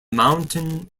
mountain